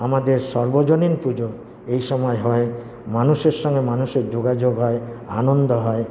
আমাদের সর্বজনীন পুজো এই সময় হয় মানুষের সঙ্গে মানুষের যোগাযোগ হয় আনন্দ হয়